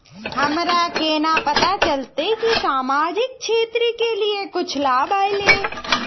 हमरा केना पता चलते की सामाजिक क्षेत्र के लिए कुछ लाभ आयले?